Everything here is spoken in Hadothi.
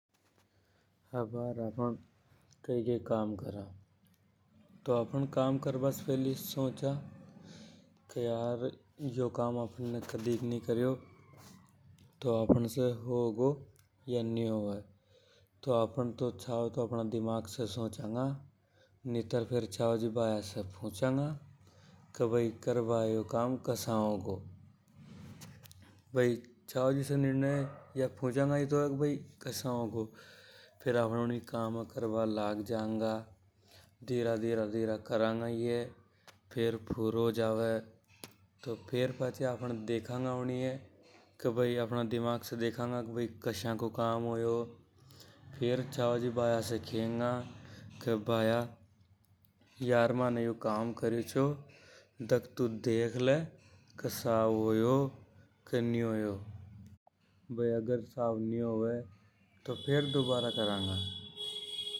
अंबार आपन कई कई कम करा तो आपन सोचा के यो काम आफ़न से होगो या नि होगो। पूंछा गा के करे भाया तो काम कसा होगो। भई छाव जिसे निर्णय या पूंछा गा के भई कसा होगो। फेर आफ़न उन काम ये करबा लाग जंगा। धीरा धीरा करेंगे ई हे फेर फ्यूरो हो जावे जड़े देखेगा। के यार भाया माने तो काम कार्यों चो तू देख ले के साव होया के नि होयो। भई अगर साव नि होवे तो फेर दुबारा कराना।